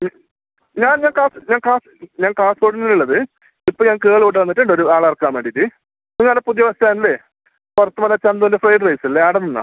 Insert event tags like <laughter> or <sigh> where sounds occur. ഞാൻ കാസർഗോഡിലുള്ളത് ഇപ്പോൾ ഞാൻ <unintelligible> വന്നിട്ടുണ്ട് ഒരു ആളെ ഇറക്കാൻ വേണ്ടിയിട്ട് നീ അവിടെ പുതിയ ബസ് സ്റ്റാൻഡിൽ പുറത്ത് വന്നു ചന്തൂൻ്റെ സൈഡിലായിട്ടില്ലേ അവിടെ നിന്നോ